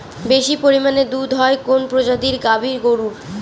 বেশি পরিমানে দুধ হয় কোন প্রজাতির গাভি গরুর?